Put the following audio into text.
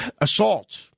assault